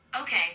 Okay